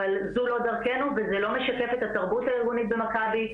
אבל זו לא דרכנו וזה לא משקף את התרבות הארגונית במכבי,